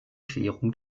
querung